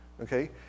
Okay